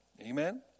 Amen